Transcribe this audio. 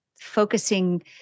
focusing